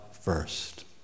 first